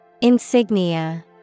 Insignia